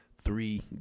three